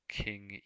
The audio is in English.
king